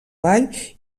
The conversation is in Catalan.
ball